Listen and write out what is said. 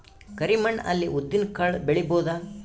ಕರಿ ಮಣ್ಣ ಅಲ್ಲಿ ಉದ್ದಿನ್ ಕಾಳು ಬೆಳಿಬೋದ?